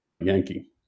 Yankee